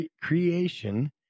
creation